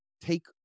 take